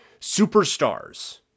superstars